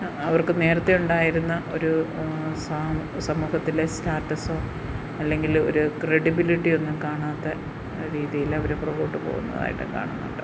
അവർക്ക് നേരത്തെ ഉണ്ടായിരുന്ന ഒരു സ സമൂഹത്തിലെ സ്റ്റാറ്റസ് അല്ലെങ്കിൽ ഒരു ക്രെഡിബിലിറ്റിയൊന്നും കാണാത്ത രീതിയിലവർ പുറകോട്ടു പോകുന്നതായിട്ടു കാണുന്നുണ്ട്